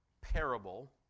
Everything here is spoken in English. parable